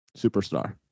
superstar